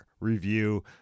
review